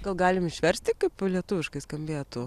gal galim išversti kaip lietuviškai skambėtų